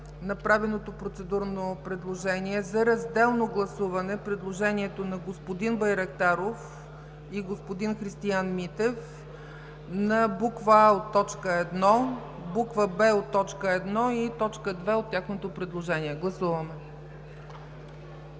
направеното процедурно предложение за разделно гласуване на предложението на господин Байрактаров и господин Христиан Митев на буква „а” от т. 1 и буква „б” и т. 2 от тяхното предложение. Гласували